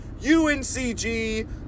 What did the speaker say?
UNCG